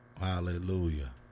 Hallelujah